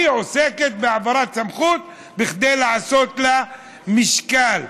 היא עוסקת בהעברת סמכות כדי לעשות לה משקל,